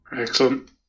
Excellent